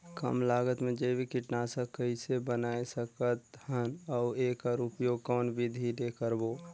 कम लागत मे जैविक कीटनाशक कइसे बनाय सकत हन अउ एकर उपयोग कौन विधि ले करबो?